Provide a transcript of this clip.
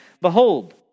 Behold